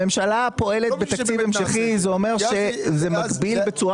הממשלה פועלת בתקציב המשכי זה מסביר בצורה